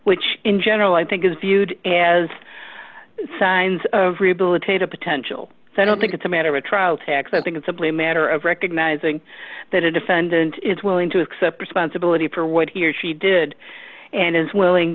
which in general i think is viewed as signs of rehabilitate a potential so i don't think it's a matter of a trial tax i think it's simply a matter of recognizing that a defendant is willing to accept responsibility for what he or she did and is willing